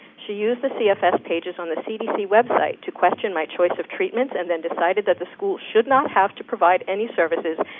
she used the cfs pages on the cdc website to question my choice of treatments, and then decided that the school should not have to provide any services,